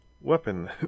weapon